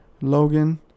logan